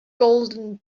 golden